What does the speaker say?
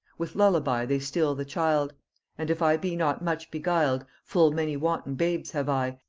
with lullaby they still the child and if i be not much beguil'd, full many wanton babes have i,